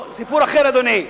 סיפור אחר, אדוני.